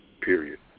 period